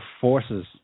forces